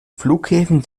flughäfen